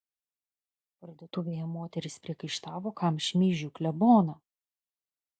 parduotuvėje moterys priekaištavo kam šmeižiu kleboną